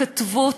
לעודד התכתבות